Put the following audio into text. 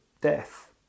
death